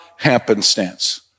Happenstance